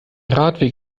radweg